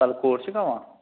कल कोर्ट च गै आमां